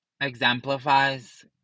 exemplifies